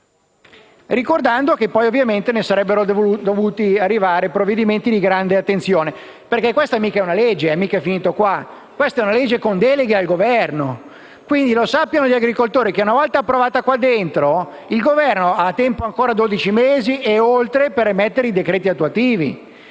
ricordando che poi ovviamente ne sarebbero dovuti scaturire provvedimenti di grande attenzione, perché questa mica è una legge, mica è finita qua. Questa è una legge con delega al Governo. Quindi, sappiano gli agricoltori che, una volta approvata in questa sede, il Governo ha tempo ancora dodici mesi e oltre per emanare i decreti attuativi.